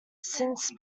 since